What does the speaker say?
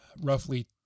roughly